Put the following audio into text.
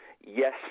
yes